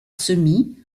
semis